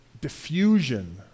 diffusion